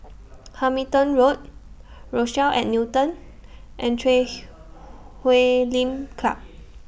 Hamilton Road Rochelle At Newton and Chui Huay Lim Club